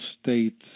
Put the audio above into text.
states